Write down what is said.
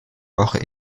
woche